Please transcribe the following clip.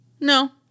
No